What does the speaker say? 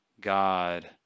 God